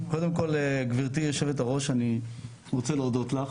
קודם כל גבירתי יושבת-הראש, אני רוצה להודות לך